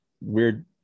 weird